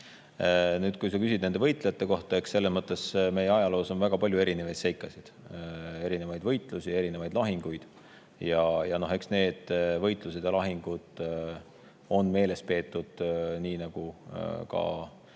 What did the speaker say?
Nüüd, kui sa küsid nende võitlejate kohta, siis eks meie ajaloos on väga palju erinevaid seikasid, erinevaid võitlusi ja erinevaid lahinguid. Neid sinu nimetatud võitlusi ja lahinguid on meeles peetud, nii nagu ka